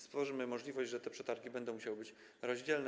Stworzymy możliwość, żeby te przetargi musiały być rozdzielne.